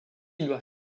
doit